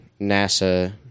NASA